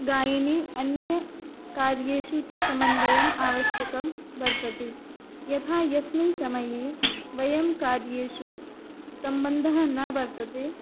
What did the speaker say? गायने अन्यकार्येषु च समन्वयः आवश्यकः वर्तते यथा यस्मिन् समये वयं कार्येषु सम्बन्धः न वर्तते